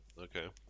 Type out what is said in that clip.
Okay